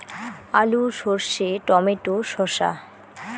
আলু সর্ষে টমেটো শসা